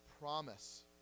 promise